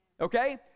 Okay